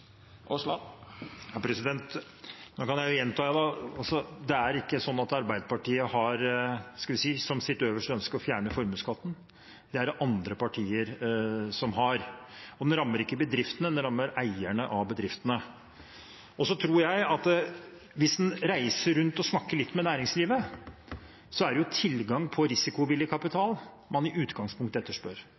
Nå kan jeg gjenta at det er ikke sånn at Arbeiderpartiet har som sitt høyeste ønske å fjerne formuesskatten. Det er det andre partier som har. Og formuesskatten rammer ikke bedriftene, den rammer eierne av bedriftene. Jeg tror at hvis en reiser rundt og snakker litt med næringslivet, er det tilgang på risikovillig kapital man i utgangspunktet etterspør.